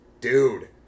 Dude